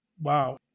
wow